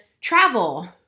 travel